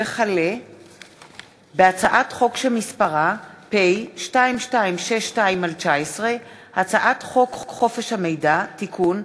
הצעת חוק רישוי עסקים (תיקון,